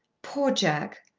poor jack!